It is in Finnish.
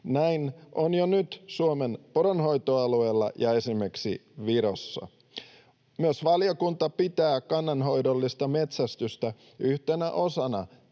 Näin on jo nyt Suomen poronhoitoalueella ja esimerkiksi Virossa. Myös valiokunta pitää kannanhoidollista metsästystä yhtenä osana